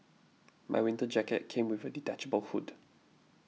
my winter jacket came with a detachable hood